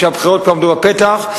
כשהבחירות כבר עמדו בפתח,